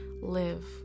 live